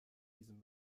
diesem